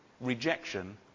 rejection